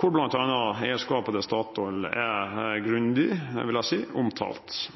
der bl.a. eierskapet til Statoil er grundig – vil jeg si – omtalt.